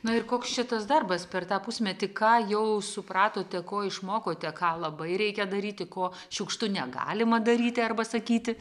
na ir koks čia darbas per tą pusmetį ką jau supratote ko išmokote ką labai reikia daryti ko šiukštu negalima daryti arba sakyti